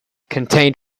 contained